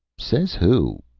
says who?